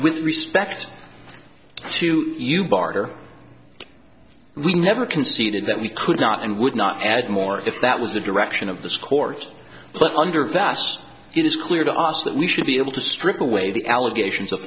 with respect to you barter we never conceded that we could not and would not add more if that was the direction of the scores but under vast it is clear to us that we should be able to strip away the allegations of